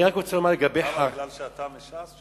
כי אתה מש"ס?